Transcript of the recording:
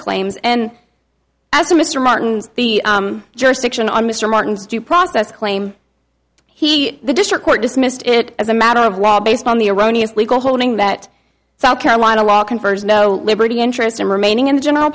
claims and as mr martin's the jurisdiction on mr martin's due process claim he the district court dismissed it as a matter of law based on the erroneous legal holding that south carolina law confers no liberty interest in remaining in the general